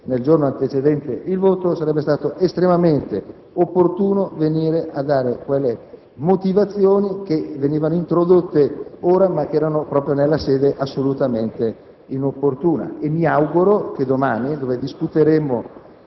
nel giorno antecedente il voto, sarebbe stato estremamente opportuno venire a fornire quelle motivazioni che sono state introdotte ora ma in una sede assolutamente inopportuna. Mi auguro che domani, quando discuteremo